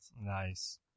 Nice